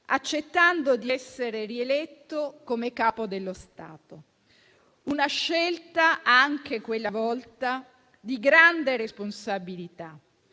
accettando di essere rieletto come Capo dello Stato. Una scelta, anche quella volta, di grande responsabilità,